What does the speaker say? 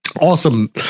Awesome